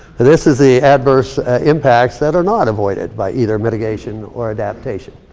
this is the adverse impacts that are not avoided by either mitigation or adaptation.